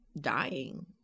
dying